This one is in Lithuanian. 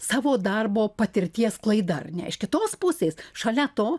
savo darbo patirties sklaida ar ne iš kitos pusės šalia to